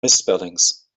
misspellings